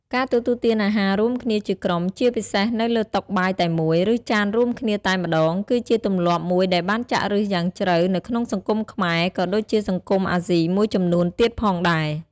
ការទទួលទានអាហាររួមគ្នាជាក្រុម ជាពិសេសនៅលើតុបាយតែមួយ ឬចានរួមគ្នាតែម្តង គឺជាទម្លាប់មួយដែលបានចាក់ឫសយ៉ាងជ្រៅនៅក្នុងសង្គមខ្មែរ ក៏ដូចជាសង្គមអាស៊ីមួយចំនួនទៀតផងដែរ។